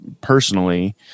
personally